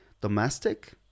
domestic